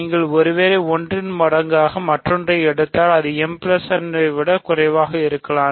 நீங்கள் ஒருவேளை ஒன்றின் மடங்கு மற்றொன்றாக எடுத்தால் இது mn ஐ விட குறைவாக இருக்கலாம்